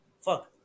fuck